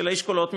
של האשכולות,